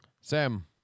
Sam